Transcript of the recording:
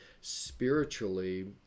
spiritually